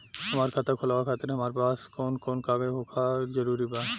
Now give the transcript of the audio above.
हमार खाता खोलवावे खातिर हमरा पास कऊन कऊन कागज होखल जरूरी बा?